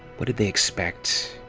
what did they expect?